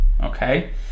okay